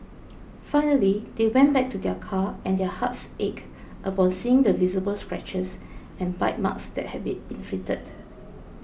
finally they went back to their car and their hearts ached upon seeing the visible scratches and bite marks that had been inflicted